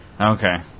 Okay